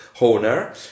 owner